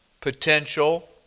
potential